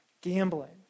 gambling